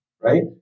right